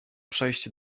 przejść